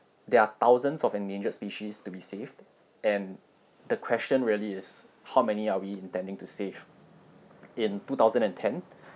there are thousands of endangered species to be saved and the question really is how many are we intending to save in two thousand and ten